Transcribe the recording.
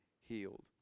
healed